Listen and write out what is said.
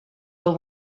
will